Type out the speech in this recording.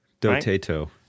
Dotato